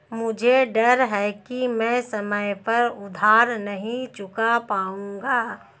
मुझे डर है कि मैं समय पर उधार नहीं चुका पाऊंगा